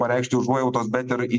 pareikšti užuojautos bet ir į